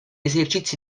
esercizi